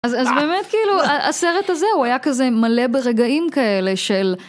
אז באמת כאילו הסרט הזה הוא היה כזה מלא ברגעים כאלה של...